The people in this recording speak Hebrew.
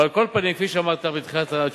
אבל על כל פנים, כפי שאמרתי לך בתחילת התשובה,